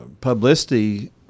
publicity